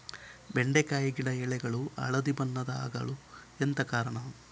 ಬೆಂಡೆಕಾಯಿ ಗಿಡ ಎಲೆಗಳು ಹಳದಿ ಬಣ್ಣದ ಆಗಲು ಎಂತ ಕಾರಣ?